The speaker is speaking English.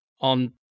on